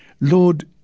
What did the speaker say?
Lord